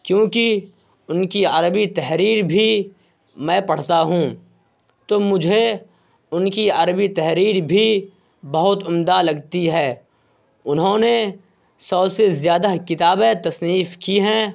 کیوںکہ ان کی عربی تحریر بھی میں پڑھتا ہوں تو مجھے ان کی عربی تحریر بھی بہت عمدہ لگتی ہے انہوں نے سو سے زیادہ کتابیں تصنیف کی ہیں